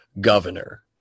governor